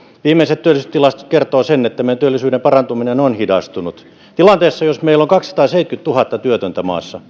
viimeiset työllisyystilastot kertovat sen että meidän työllisyyden parantuminen on hidastunut tilanteessa jossa meillä on kaksisataaseitsemänkymmentätuhatta työtöntä maassa